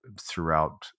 throughout